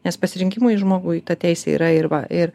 nes pasirinkimui žmogui ta teisė yra ir va ir